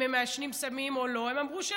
הם מעשנים סמים או לא והם אמרו שלא.